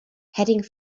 heading